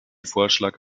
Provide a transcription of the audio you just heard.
vorschlag